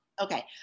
Okay